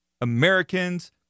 Americans